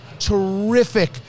terrific